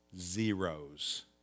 zeros